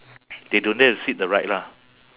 they don't dare to sit the ride lah